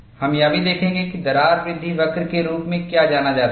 हम यह भी देखेंगे कि दरार वृद्धि वक्र के रूप में क्या जाना जाता है